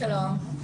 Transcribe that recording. שלום,